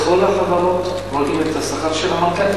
בכל החברות רואים את השכר של המנכ"לים.